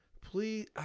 please